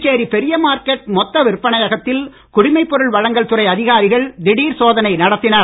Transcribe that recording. புதுச்சேரி பெரிய மார்க்கெட் மொத்த விற்பனையகத்தில் குடிமைப்பொருள் வழங்கல் துறை அதிகாரிகள் திடீர் சோதனை நடத்தினர்